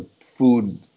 food